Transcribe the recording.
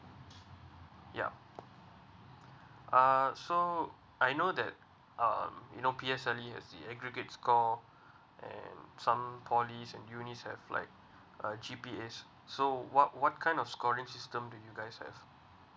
yup uh so I know that uh you know P_S_L_E aggregate score and some poly and uni have like uh G_P_A so so what what kind of scoring system that you guys have